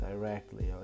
directly